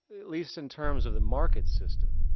at least in terms of the market system.